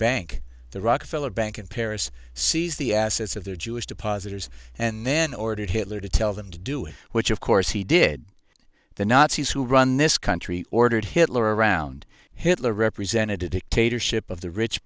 bank the rockefeller bank in paris seize the assets of the jewish depositors and then ordered hitler to tell them to do it which of course he did the nazis who run this country ordered hitler around hitler represented a dictatorship of the rich